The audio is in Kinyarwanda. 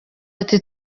ati